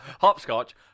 hopscotch